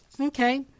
Okay